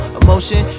emotion